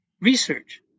research